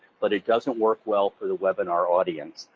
but it doesn't work well for the webinar audience,